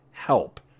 Help